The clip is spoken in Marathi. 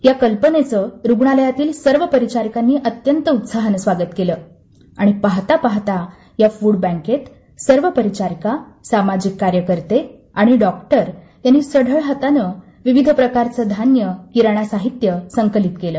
या कल्पनेचं रुग्णालयातील सर्व परिचारिकांनी उत्साहाने स्वागत केलंआणि पाहता पाहता या फ़डबँकेत सर्व परिचारिकासामाजिक कार्यकर्ते डॉक्टर यांनी सढळ हाताने विविधप्रकारचे धान्य किराणासाहित्य संकलित केले